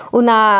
una